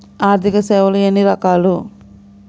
ఆర్థిక సేవలు ఎన్ని రకాలు?